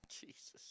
Jesus